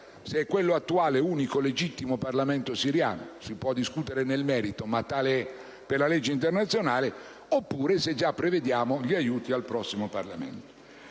è quello attuale, cioè l'unico legittimo Parlamento siriano (si può discutere nel merito, ma tale è per la legge internazionale), oppure se già prevediamo gli aiuti al prossimo Parlamento.